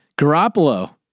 Garoppolo